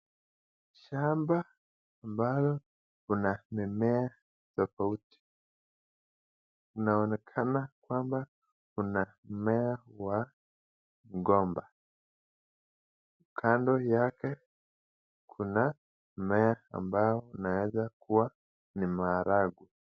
Shamba ambao Kuna mimea tofauti, inaonekana kuwa Kuna mmea wa mgomba. Kando yake Kuna mmea ambo inaweza kuwa ni maharagwe.